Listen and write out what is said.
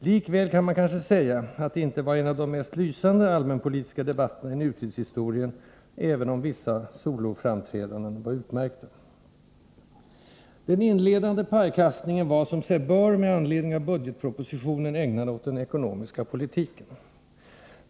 Likväl kan man kanske säga att det inte var en av de mest lysande allmänpolitiska debatterna i nutidshistorien, även om vissa soloframträdanden var utmärkta. Den inledande pajkastningen var, som sig bör, med anledning av budgetpropositionen ägnad åt den ekonomiska politiken.